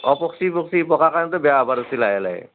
অ পকচি পকচি পকা কাৰণেতো বেয়া হ'বা ধৰচি লাহে লাহে